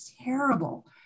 terrible